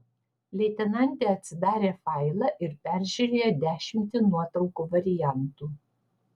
leitenantė atsidarė failą ir peržiūrėjo dešimtį nuotraukų variantų